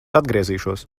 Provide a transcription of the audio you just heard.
atgriezīšos